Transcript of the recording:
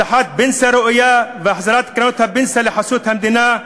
הבטחת פנסיה ראויה והחזרת קרנות הפנסיה לחסות המדינה,